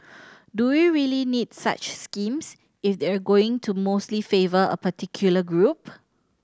do we really need such schemes if they're going to mostly favour a particular group